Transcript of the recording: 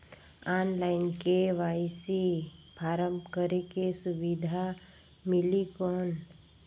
Online KYC form करेके सुविधा मिली कौन?